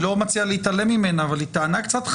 אני לא מציע להתעלם ממנה אבל היא טענה קצת חלשה,